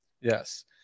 Yes